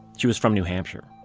she was from new hampshire,